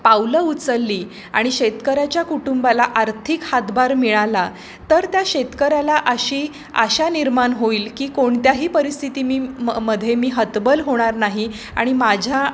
पावलं उचलली आणि शेतकऱ्याच्या कुटुंबाला आर्थिक हातभार मिळाला तर त्या शेतकऱ्याला अशी आशा निर्माण होईल की कोणत्याही परिस्थिती मी मध्ये मी हतबल होणार नाही आणि माझ्या